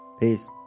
Peace